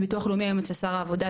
ביטוח לאומי היום אצל שר העבודה,